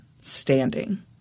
standing